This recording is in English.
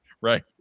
Right